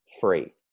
free